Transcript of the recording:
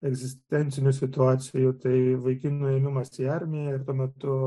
egzistencinių situacijų tai vaikinų ėmimas į armiją ir tuo metu